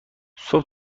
صبح